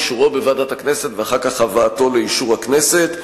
אישורו בוועדת הכנסת ואחר כך הבאתו לאישור הכנסת.